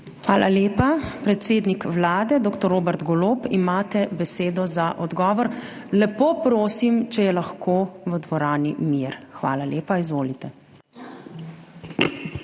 Hvala lepa. Predsednik Vlade dr. Robert Golob, imate besedo za odgovor. Lepo prosim, če je lahko v dvorani mir. Hvala lepa. Izvolite.